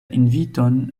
inviton